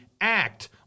act